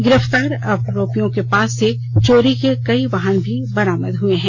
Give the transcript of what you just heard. गिरफ्तार अपराधियों के पास से चोरी के कई वाहन भी बरामद हुए हैं